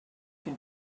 can